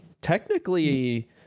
Technically